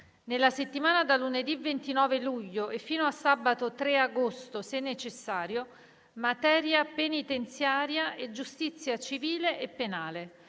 Nella settimana da lunedì 29 luglio fino a sabato 3 agosto, se necessario: materia penitenziaria e giustizia civile e penale.